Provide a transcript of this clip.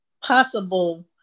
possible